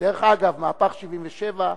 דרך אגב, מהפך 77'